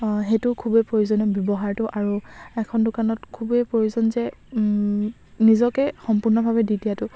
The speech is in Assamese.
সেইটো খুবেই প্ৰয়োজনীয় ব্যৱহাৰটো আৰু এখন দোকানত খুবেই প্ৰয়োজন যে নিজকে সম্পূৰ্ণভাৱে দি দিয়াটো